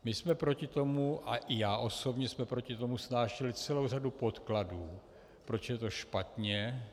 My jsme proti tomu a i já osobně jsme proti tomu snášeli celou řadu podkladů, proč je to špatně.